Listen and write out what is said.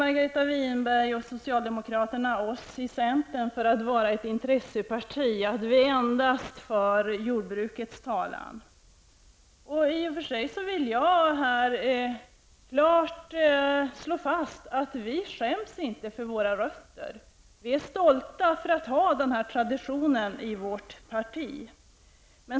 Margareta Winberg och socialdemokraterna anklagar oss i centern för att vara ett intresseparti, att vi endast för jordbrukets talan. I och för sig vill jag klart slå fast att vi inte skäms för våra rötter. Vi är stolta över att ha denna tradition i vårt parti.